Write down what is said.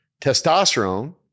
testosterone